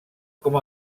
com